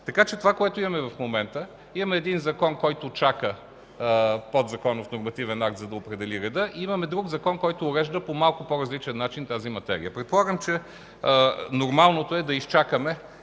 Така че това, което имаме в момента – имаме един закон, който чака подзаконов нормативен акт, за да определи реда, и имаме друг закон, който урежда по малко по-различен начин тази материя. Предполагам, че нормалното е да изчакаме